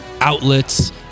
outlets